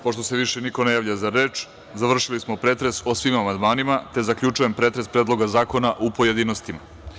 Pošto se više niko ne javlja za reč, završili smo pretres o svim amandmanima, te zaključujem pretres Predloga zakona u pojedinostima.